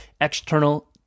external